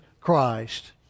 Christ